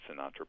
Sinatra